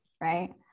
right